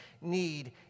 need